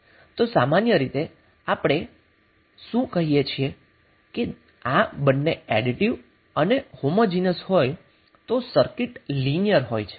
તો સામાન્ય રીતે આપણે શુ કહીએ છીએ કે આ બંને એડીટીવ અને હોમોજીનીઅસ હોય તો સર્કિટ લિનિયર હોય છે